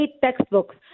textbooks